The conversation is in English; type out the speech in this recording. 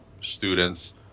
students